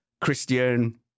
christian